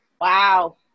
wow